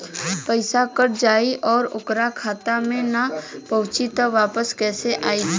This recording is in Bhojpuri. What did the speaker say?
पईसा कट जाई और ओकर खाता मे ना पहुंची त वापस कैसे आई?